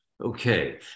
Okay